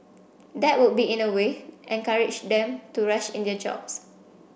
that would in a way encourage them to rush in their jobs